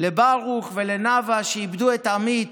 לברוך ונאוה, שאיבדו את עמית.